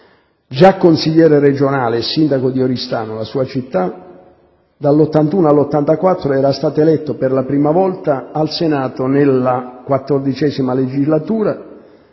Già consigliere regionale e sindaco di Oristano, la sua città, dal 1981 al 1984, era stato eletto per la prima volta al Senato nella XIV legislatura